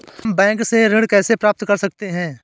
हम बैंक से ऋण कैसे प्राप्त कर सकते हैं?